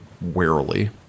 warily